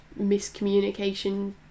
miscommunication